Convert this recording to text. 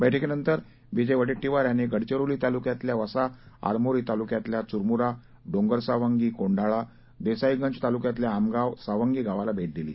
बैठकीनंतर विजय वडेट्टीवार यांनी गडचिरोली तालुक्यातल्या वसा आरमोरी तालुक्यातल्या चुरमुरा डोंगरसावंगी कोंढाळा देसाईगंज तालुक्यातक्या आमगाव सावंगी गावाला भेट दिली